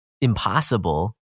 impossible